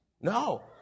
No